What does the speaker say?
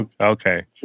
Okay